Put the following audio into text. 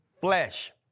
flesh